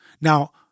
Now